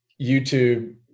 YouTube